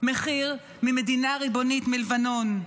מחיר ממדינה ריבונית, מלבנון.